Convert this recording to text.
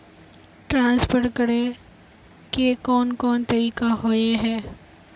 Transfer करे के कोन कोन तरीका होय है?